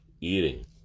Eating